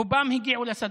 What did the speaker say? רובם הגיעו לשדה.